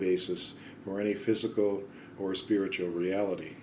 basis for any physical or spiritual reality